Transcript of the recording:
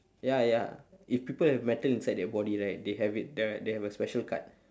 ya ya if people have metal inside their body right they have it the they have a special card